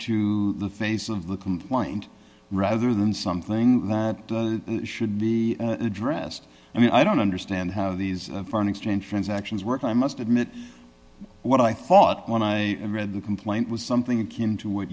to the face of the complaint rather than something that should be addressed i mean i don't understand how these foreign exchange transactions work i must admit what i thought when i read the complaint was something akin to what